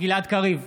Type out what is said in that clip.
גלעד קריב,